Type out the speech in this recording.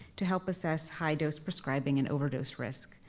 to help assess high-dose prescribing and overdose risk.